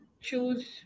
choose